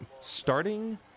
starting